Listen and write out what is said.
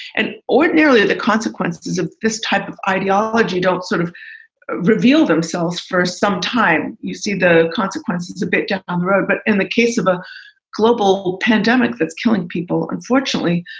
and ordinarily, the consequences of this type of ideology don't sort of reveal themselves for some time. you see the consequences a bit down the um road but in the case of a global pandemic that's killing people, unfortunately,